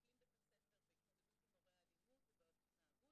אקלים בית הספר והתמודדות עם אירועי אלימות ובעיות התנהגות.